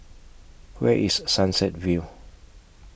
Where IS Sunset View